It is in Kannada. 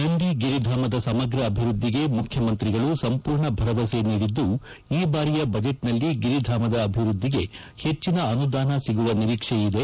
ನಂದಿಗಿರಿಧಾಮದ ಸಮಗ್ರ ಅಭಿವೃದ್ಧಿಗೆ ಮುಖ್ಯಮಂತ್ರಿಗಳು ಸಂಪೂರ್ಣ ಭರವಸೆ ನೀಡಿದ್ದು ಈ ಬಾರಿಯ ಬಜೆಟ್ನಲ್ಲಿ ಗಿರಿಧಾಮದ ಅಭಿವೃದ್ಧಿಗೆ ಪೆಟ್ಟಿನ ಅನುದಾನ ಸಿಗುವ ನಿರೀಕ್ಷೆ ಇದೆ